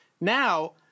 Now